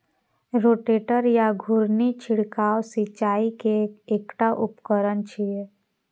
rotator या घुर्णी छिड़काव सिंचाइ के एकटा उपकरण छियै